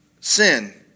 sin